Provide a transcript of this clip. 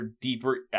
deeper